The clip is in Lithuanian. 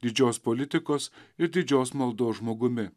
didžios politikos ir didžios maldos žmogumi